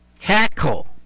cackle